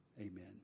amen